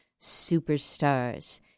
superstars